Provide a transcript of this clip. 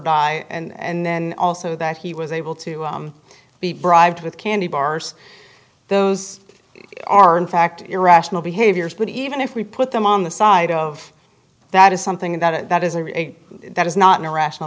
die and then also that he was able to be bribed with candy bars those are in fact irrational behaviors but even if we put them on the side of that is something that is a rate that is not an irrational